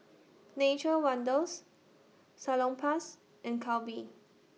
Nature's Wonders Salonpas and Calbee